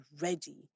ready